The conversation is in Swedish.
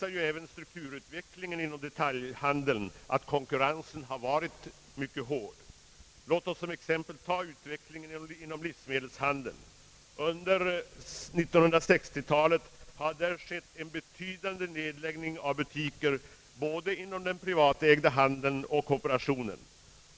Även strukturutvecklingen inom detaljhandeln visar att konkurrensen har varit mycket hård. Låt oss som exempel ta utvecklingen inom livsmedelshandeln. Under 1960 talet har där skett en betydande nedläggning av butiker både inom den privatägda handeln och inom kooperationen.